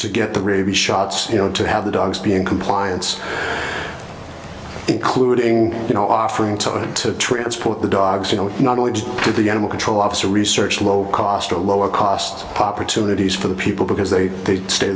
to get the rabies shots you know to have the dogs be in compliance including you know offering to transport the dogs you know not only to the animal control officer research low cost or lower cost opportunities for the people because they